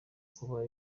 kuba